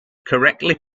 correctly